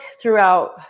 throughout